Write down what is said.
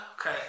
okay